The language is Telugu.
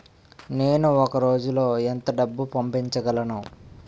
నేను ఒక రోజులో ఎంత డబ్బు పంపించగలను?